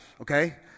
okay